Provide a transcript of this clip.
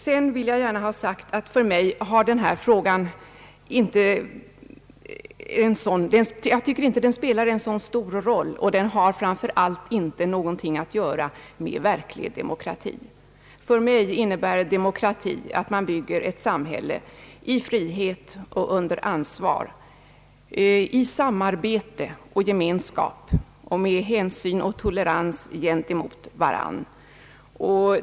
Jag vill gärna ha sagt att jag inte anser att denna fråga spelar så stor roll och framför allt inte har någonting att göra med verklig demokrati. För mig innebär demokrati att man bygger ett samhälle i frihet och under ansvar, i samarbete och gemenskap, samt med hänsyn och tolerans mot varandra.